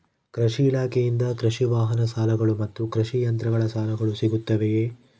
ಕೃಷಿ ಇಲಾಖೆಯಿಂದ ಕೃಷಿ ವಾಹನ ಸಾಲಗಳು ಮತ್ತು ಕೃಷಿ ಯಂತ್ರಗಳ ಸಾಲಗಳು ಸಿಗುತ್ತವೆಯೆ?